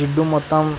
జిడ్డు మొత్తం